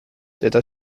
teda